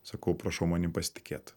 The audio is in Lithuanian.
sakau prašau manim pasitikėt